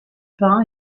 pain